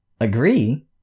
Agree